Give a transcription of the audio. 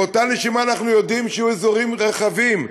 באותה נשימה אנחנו יודעים שיהיו אזורים רחבים,